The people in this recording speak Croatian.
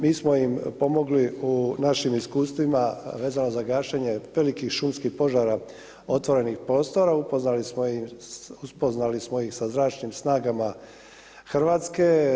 Mi smo im pomogli u našim iskustvima vezano za gašenje velikih šumskih požara, otvorenih prostora, upoznali smo ih, upoznali smo ih sa zračnim snagama Hrvatske.